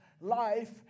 life